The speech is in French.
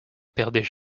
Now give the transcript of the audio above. perdait